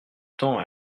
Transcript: temps